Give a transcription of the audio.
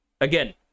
again